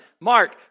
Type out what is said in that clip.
Mark